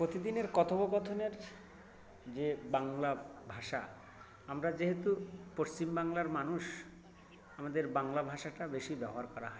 প্রতিদিনের কথোপকথনের যে বাংলা ভাষা আমরা যেহেতু পশ্চিম বাংলার মানুষ আমাদের বাংলা ভাষাটা বেশি ব্যবহার করা হয়